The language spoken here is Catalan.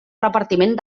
repartiment